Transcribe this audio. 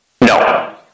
No